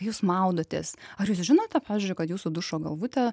jūs maudotės ar jūs žinote pavyzdžiui kad jūsų dušo galvutė